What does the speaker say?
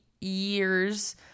years